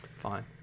Fine